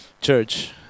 church